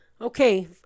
Okay